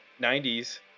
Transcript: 90s